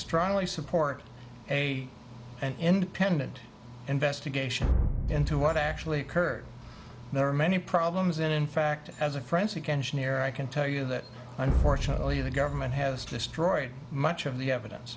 strongly support a an independent investigation into what actually occurred there are many problems and in fact as a forensic engineer i can tell you that unfortunately the government has destroyed much of the evidence